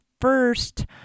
first